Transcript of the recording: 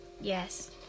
yes